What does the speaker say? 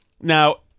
Now